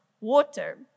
water